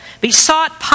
besought